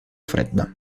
fredda